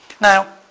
Now